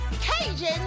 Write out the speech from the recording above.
Cajun